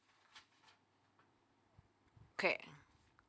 cre~